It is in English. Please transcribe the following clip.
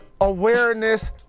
awareness